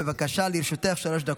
בבקשה, לרשותך שלוש דקות.